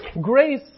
Grace